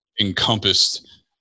encompassed